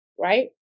right